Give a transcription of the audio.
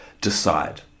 Decide